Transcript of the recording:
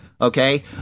okay